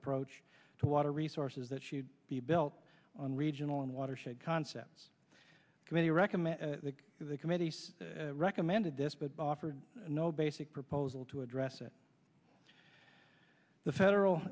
approach to water resources that she'd be built on regional and watershed concepts committee recommend the committees recommended this but by offered no basic proposal to address it the federal